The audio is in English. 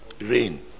rain